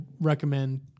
recommend